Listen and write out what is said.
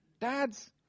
Dads